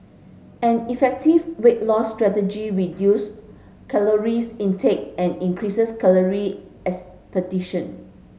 an effective weight loss strategy reduce caloric intake and increases caloric expenditure